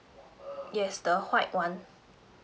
yes the white one